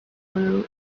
blue